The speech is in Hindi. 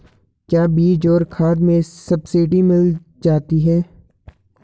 क्या बीज और खाद में सब्सिडी मिल जाती है?